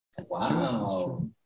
wow